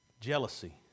jealousy